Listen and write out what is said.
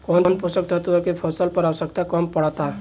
कौन पोषक तत्व के फसल पर आवशयक्ता कम पड़ता?